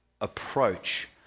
approach